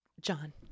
John